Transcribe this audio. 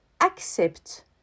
accept